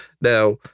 Now